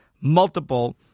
multiple